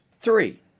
three